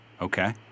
Okay